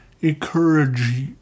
encourage